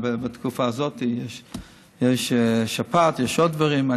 בכל פעם בתקופה הזאת בשנה יש שפעת, ויש עוד דברים.